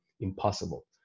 impossible